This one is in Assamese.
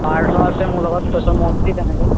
প্ৰাৰ্থ আছে মোৰ লগত তাৰ পাছত মনজিৎ এনেকৈ